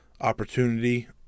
opportunity